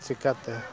ᱪᱤᱠᱟᱹᱛᱮ